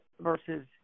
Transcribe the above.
versus